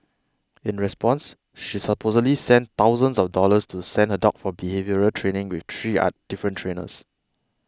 in response she supposedly spent thousands of dollars to send her dog for behaviour training with three other different trainers